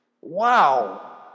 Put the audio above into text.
Wow